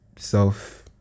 self